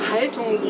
Haltung